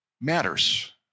matters